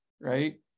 right